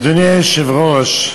אדוני היושב-ראש,